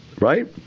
right